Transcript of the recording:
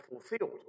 fulfilled